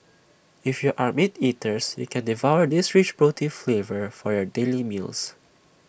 if you are meat eaters you can devour this rich protein flavor for your daily meals